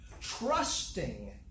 Trusting